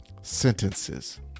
sentences